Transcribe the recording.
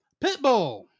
Pitbull